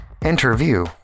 interview